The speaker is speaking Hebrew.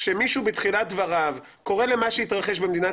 כשמישהו בתחילת דבריו קורה למה שהתרחש במדינת